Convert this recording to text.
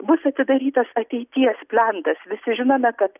bus atidarytas ateities plentas visi žinome kad